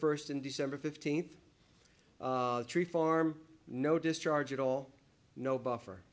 first and december fifteenth tree farm no discharge at all no buffer